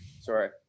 sorry